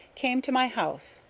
came to my house,